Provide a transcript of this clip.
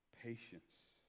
Patience